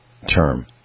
term